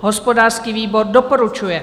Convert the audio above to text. Hospodářský výbor doporučuje.